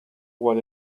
what